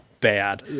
bad